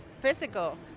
physical